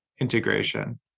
integration